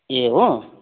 ए हो